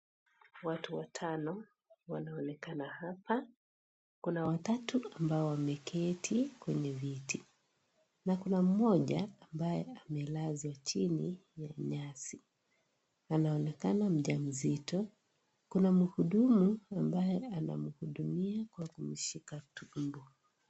Watu watano wanaonekana hapa, kuna watatu ambao wameketi kwenye viti, na kuna mmoja ambaye amelazwa chini ya nyasi. Anaonekana mjamzito, kuna mhudumu ambaye anamhudumia kwa kumshika tumbo.